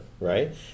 right